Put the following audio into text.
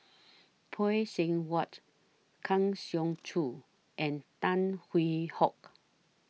Phay Seng Whatt Kang Siong Joo and Tan Hwee Hock